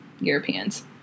Europeans